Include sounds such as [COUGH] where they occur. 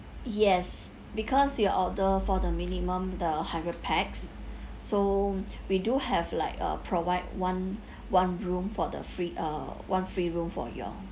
yes because you order for the minimum the hundred pax so we do have like uh provide one [BREATH] one room for the free uh one free room for you